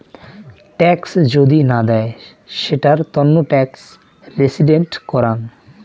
tax যদি না দেয় সেটার তন্ন ট্যাক্স রেসিস্টেন্স করাং